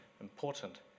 important